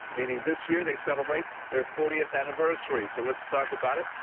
meaning this year they celebrate their fortieth anniversary so let's talk about it.